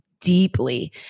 deeply